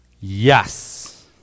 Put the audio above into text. Yes